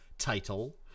title